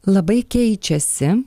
labai keičiasi